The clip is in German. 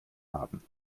haben